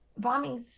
bombings